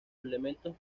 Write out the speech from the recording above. elementos